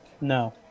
No